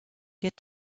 get